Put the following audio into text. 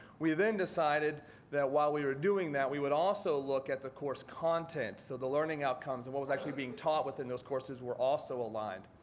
we then decided that while we were doing that, we would also look at the course content so the learning outcomes and what was actually being taught within those courses were also aligned.